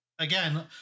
again